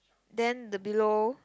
then the below